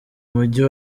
mujyi